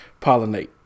pollinate